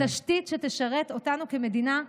תשתית שתשרת אותנו כמדינה,